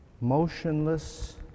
motionless